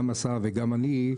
גם השר וגם אני,